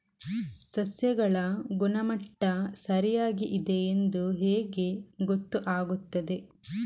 ಸಸ್ಯಗಳ ಗುಣಮಟ್ಟ ಸರಿಯಾಗಿ ಇದೆ ಎಂದು ಹೇಗೆ ಗೊತ್ತು ಆಗುತ್ತದೆ?